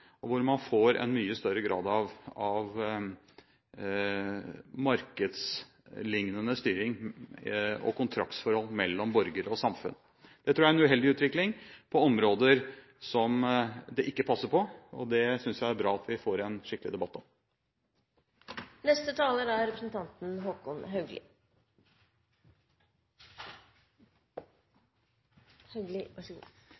og hvor man får en mye større grad av markedslignende styring og kontraktsforhold mellom borger og samfunn. Det tror jeg er en uheldig utvikling på områder hvor det ikke passer, og jeg synes det er bra at vi får en skikkelig debatt